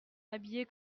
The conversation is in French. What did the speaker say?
habillé